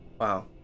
Wow